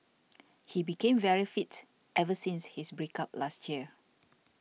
he became very fit ever since his break up last year